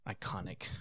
iconic